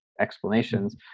explanations